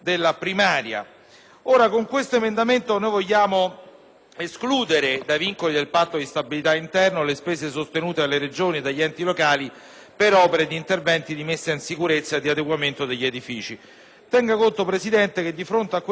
escludere dai vincoli del Patto di stabilità interno le spese sostenute dalle Regioni e dagli enti locali per le opere di intervento di messa in sicurezza e di adeguamento degli edifici. Tenga conto, signor Presidente, che, di fronte a tale proposta, come ad altre che sono state illustrate dai miei colleghi